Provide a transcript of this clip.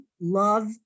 love